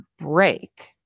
break